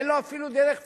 אין לו אפילו דרך פיזית,